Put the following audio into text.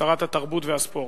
שרת התרבות והספורט.